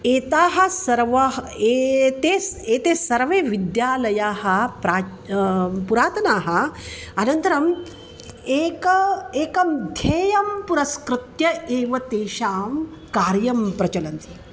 एताः सर्वाः एते स् एते सर्वे विद्यालयाः प्रा पुरातनाः अनन्तरम् एकम् एकं ध्येयं पुरस्कृत्य एव तेषां कार्यं प्रचलति